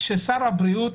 ששר הבריאות,